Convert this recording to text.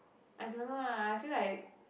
I don't know ah I feel like